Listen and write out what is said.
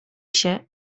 się